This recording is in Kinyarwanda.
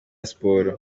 siporo